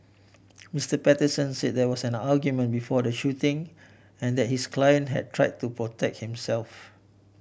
Mister Patterson say there was an argument before the shooting and that his client had try to protect himself